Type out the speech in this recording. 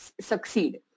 succeed